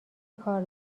کار